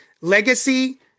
legacy